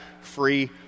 free